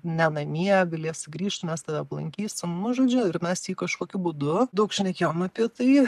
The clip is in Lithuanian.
ne namie galėsi grįžt mes tave aplankysim nu žodžiu ir mes jį kažkokiu būdu daug šnekėjom apie tai